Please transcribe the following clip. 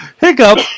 Hiccup